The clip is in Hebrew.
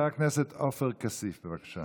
חבר הכנסת עופר כסיף, בבקשה.